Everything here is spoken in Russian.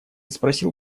спросил